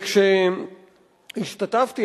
כשהשתתפתי,